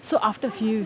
so after fe~